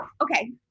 okay